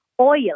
oil